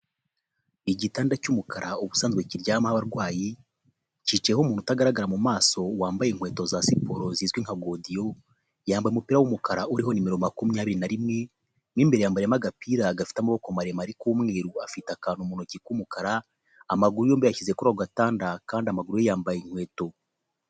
Igitanda cy'umukara ubusanzwe kiryamaho abarwayi kicayeho umuntu utagaragara mu maso wambaye inkweto za siporo zizwi nka godiyo, yambaye umupira w'umukara uriho nimero makumyabiri na rimwe, mu imbere yambariyemo agapira gafite amaboko maremare k'umweruru, afite akantu mu ntoki k'umukara, amaguru yombi yashyize kuri ako gatanda kandi amaguru ye yambaye inkweto.